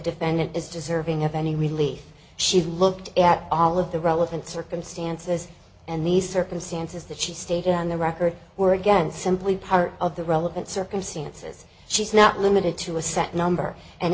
defendant is deserving of any relief she looked at all of the relevant circumstances and the circumstances that she stated on the record were again simply part of the relevant circumstances she's not limited to a set number and